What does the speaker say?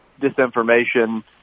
disinformation